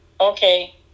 Okay